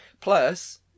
plus